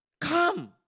Come